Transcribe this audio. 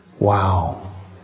wow